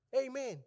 Amen